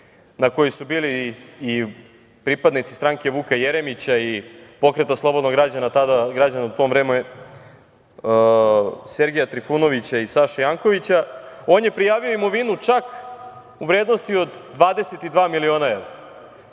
na kojoj su bili i pripadnici stranke Vuka Jeremića i Pokreta slobodnih građana, tada u to vreme Sergeja Trifunovića i Saše Jankovića, on je prijavio imovinu čak u vrednosti od 22 miliona